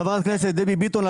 חברת הכנסת דבי ביטון,